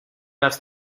las